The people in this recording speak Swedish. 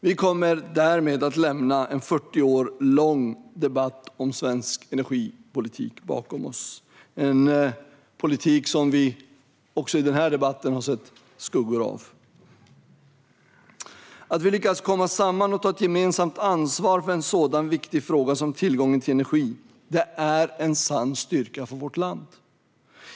Vi kommer därmed att lämna en 40 år lång debatt om svensk energipolitik bakom oss - en politik som vi har sett skuggor av också i denna debatt. Att vi lyckas komma samman och ta gemensamt ansvar för en så viktig fråga som tillgången till energi är en sann styrka för vårt land.